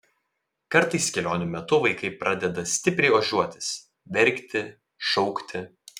kartais kelionių metu vaikai pradeda stipriai ožiuotis verkti šaukti